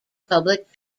public